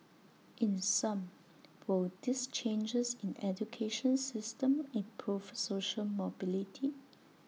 in sum will these changes in the education system improve social mobility